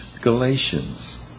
Galatians